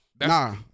Nah